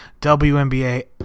wnba